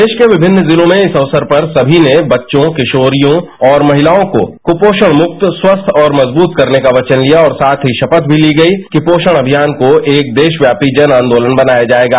प्रदेश के विभिन्न जिलों में इस अक्सर पर सभी ने बच्चों किशारियों और महितायों को कुपोषण मुक्त स्वस्थ और मजबूत करने का वचन लिया और साथ ही रापथ भी ती गई कि पोषण अभियान को एक देश व्यापी जन्यादोलन बनाया जायेगा